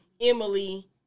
Emily